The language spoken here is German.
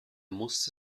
musste